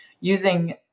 using